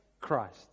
Christ